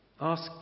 Ask